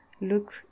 look